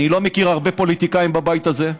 אני לא מכיר הרבה פוליטיקאים בבית הזה,